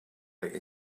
like